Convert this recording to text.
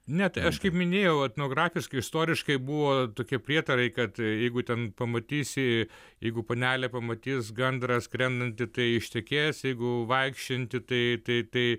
ne tai aš kaip minėjau etnografiškai istoriškai buvo tokie prietarai kad jeigu ten pamatysi jeigu panelė pamatys gandrą skrendantį tai ištekės jeigu vaikščiojanti tai tai tai